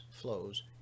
flows